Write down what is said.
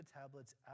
tablets